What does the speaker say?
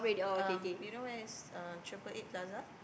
um you know where is uh triple eight plaza